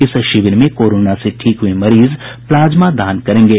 इस शिविर में कोरोना से ठीक हुये मरीज प्लाज्मा दान करेंगे